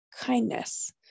kindness